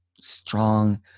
strong